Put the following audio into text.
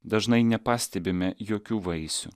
dažnai nepastebime jokių vaisių